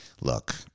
look